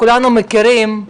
שכולנו מכירים,